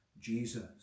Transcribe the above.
Jesus